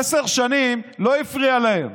עשר שנים לא הפריע להם,